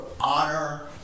honor